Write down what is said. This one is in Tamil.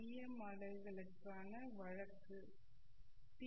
எம் அலைக்கான வழக்கு டி